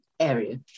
area